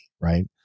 right